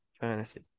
fantasy